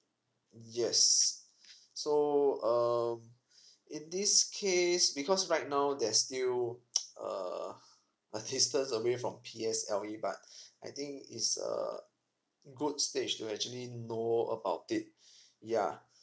yes so um in this case because right now there's still uh a distance away from P S L E but I think is a good stage to actually know about it yeah